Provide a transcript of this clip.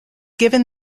given